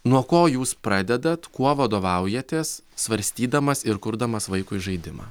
nuo ko jūs pradedat kuo vadovaujatės svarstydamas ir kurdamas vaikui žaidimą